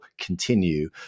continue